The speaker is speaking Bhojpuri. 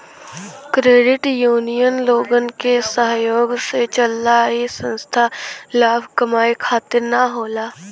क्रेडिट यूनियन लोगन के सहयोग से चलला इ संस्था लाभ कमाये खातिर न होला